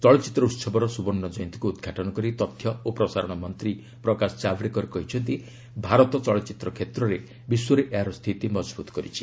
ଚଳଚ୍ଚିତ୍ର ଉହବର ସୁବର୍ଣ୍ଣ ଜୟନ୍ତୀକୁ ଉଦ୍ଘାଟନ କରି ତଥ୍ୟ ଓ ପ୍ରସାରଣ ମନ୍ତ୍ରୀ ପ୍ରକାଶ ଜାବ୍ଡେକର କହିଛନ୍ତି ଭାରତ ଚଳଚ୍ଚିତ୍ର କ୍ଷେତ୍ରରେ ବିଶ୍ୱରେ ଏହାର ସ୍ଥିତି ମଜବୁତ୍ କରିଛି